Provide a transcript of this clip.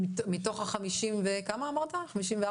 זה